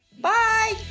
Bye